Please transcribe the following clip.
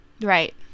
Right